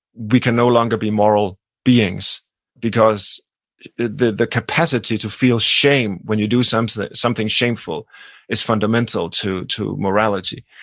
we can no longer be moral being so because the the capacity to feel shame when you do something something shameful is fundamental to to morality.